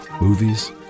Movies